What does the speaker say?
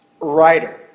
writer